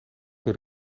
door